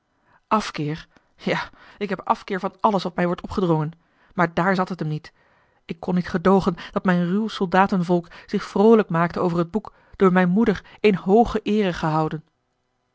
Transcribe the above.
afkeer ja ik heb afkeer van alles wat mij wordt opgedrongen maar dààr zat het hem niet ik kon niet gedoogen dat mijn ruw soldatenvolk zich vroolijk maakte over het boek door mijne moeder in hooge eer gehouden